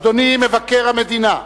אדוני מבקר המדינה,